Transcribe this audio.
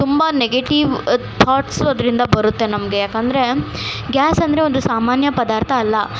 ತುಂಬ negative thoughts ಅದರಿಂದ ಬರುತ್ತೆ ನಮಗೆ ಯಾಕಂದರೆ ಗ್ಯಾಸ್ ಅಂದರೆ ಒಂದು ಸಾಮಾನ್ಯ ಪದಾರ್ಥ ಅಲ್ಲ